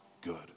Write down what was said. good